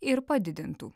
ir padidintų